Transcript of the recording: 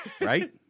Right